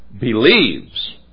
believes